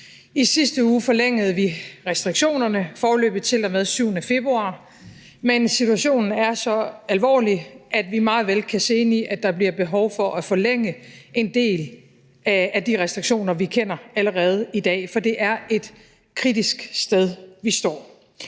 I sidste uge forlængede vi restriktionerne, foreløbig til og med 7. februar, men situationen er så alvorlig, at vi meget vel kan se ind i, at der bliver behov for at forlænge en del af de restriktioner, vi allerede kender i dag. For det er et kritisk sted, vi står.